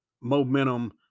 momentum